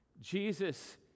Jesus